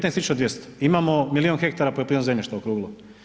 19 200., imamo milijun hektara poljoprivrednog zemljišta okruglo.